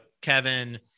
Kevin